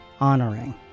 honoring